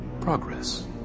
Progress